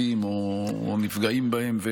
מתים או נפגעים בהן.